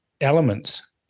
elements